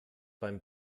beim